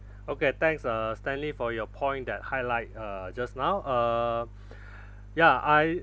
okay thanks uh stanley for your point that highlight uh just now err ya I